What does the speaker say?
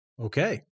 Okay